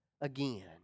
again